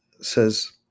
says